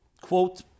quote